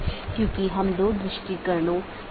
और यह मूल रूप से इन पथ विशेषताओं को लेता है